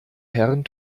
herren